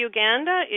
Uganda